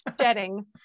shedding